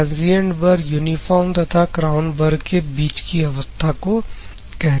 transient bar uniform तथा crown bar के बीच की अवस्था को कहते हैं